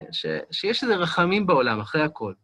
שיש איזה רחמים בעולם, אחרי הכול.